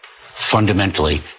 fundamentally